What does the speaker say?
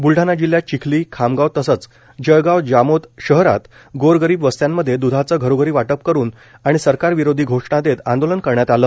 ब्लडाणा जिल्ह्यात चिखली खामगाव तसंच जळगाव जामोद शहरात गोरगरीब वस्त्यांमध्ये दुधाचे घरोघरी वाटप करून आणि सरकारविरोधी घोषणा देत आंदोलन करण्यात आलं